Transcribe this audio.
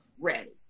ready